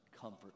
comfort